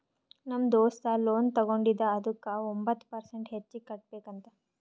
ನಮ್ ದೋಸ್ತ ಲೋನ್ ತಗೊಂಡಿದ ಅದುಕ್ಕ ಒಂಬತ್ ಪರ್ಸೆಂಟ್ ಹೆಚ್ಚಿಗ್ ಕಟ್ಬೇಕ್ ಅಂತ್